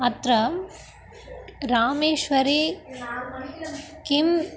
अत्र रामेश्वरे किम्